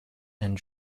and